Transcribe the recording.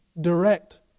direct